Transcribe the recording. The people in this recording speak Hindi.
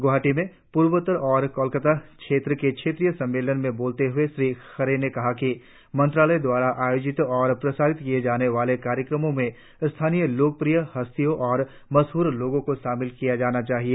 गुवाहाटी में पूर्वोत्तर और कोलकाता क्षेत्र के क्षेत्रीय सम्मेलन में बोलते हुए श्री खरे ने कहा कि मंत्रालय द्वारा आयोजित और प्रसारित किये जाने वाले कार्यक्रमों में स्थानीय लोकप्रिय हस्तियों और मशहूर लोगों को शामिल किया जाना चाहिए